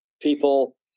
people